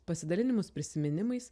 pasidalinimus prisiminimais